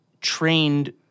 trained